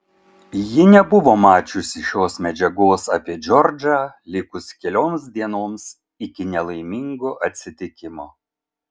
ji nebuvo mačiusi šios medžiagos apie džordžą likus kelioms dienoms iki nelaimingo atsitikimo